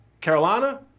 Carolina